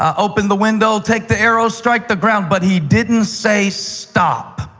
open the window, take the arrow, strike the ground, but he didn't say, stop.